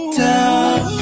down